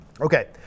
Okay